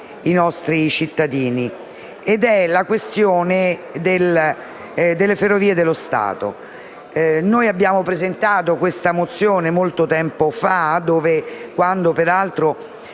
dei nostri cittadini. Mi riferisco alla questione delle Ferrovie dello Stato. Abbiamo presentato questa mozione molto tempo fa, quando, peraltro,